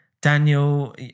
Daniel